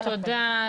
תודה לכם.